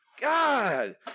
God